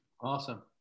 Awesome